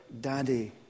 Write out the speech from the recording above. daddy